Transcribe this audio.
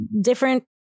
different